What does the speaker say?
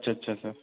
اچھا اچھا سر